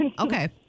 okay